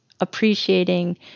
appreciating